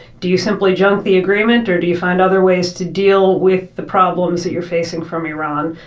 do you simply junk the agreement or do you find other ways to deal with the problems that you're facing from iran?